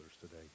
today